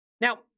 Now